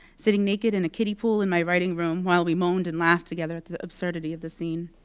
sitting naked in a kiddie pool in my writing room, while we moaned and laugh together at the absurdity of the scene.